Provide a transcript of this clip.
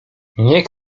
niech